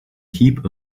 heap